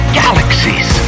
galaxies